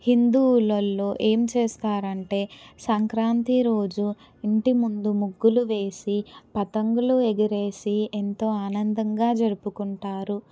హిందువులలో ఏం చేస్తారంటే సంక్రాంతి రోజు ఇంటి ముందు ముగ్గులు వేసి పతంగులు ఎగరేసి ఎంతో ఆనందంగా జరుపుకుంటారు